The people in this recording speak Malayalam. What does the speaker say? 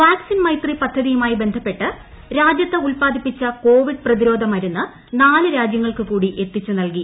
വാക്സിൻ മൈത്രി പദ്ധതിയുമായി ബന്ധപ്പെട്ട് ന് രാജ്യത്ത് ഉത്പാദിപ്പിച്ച ക്ടോവിഡ് പ്രതിരോധ മരുന്ന് നാല് രാജ്യങ്ങൾക്ക് കൂട്ടി എത്തിച്ചു നൽകി